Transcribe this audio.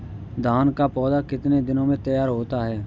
धान का पौधा कितने दिनों में तैयार होता है?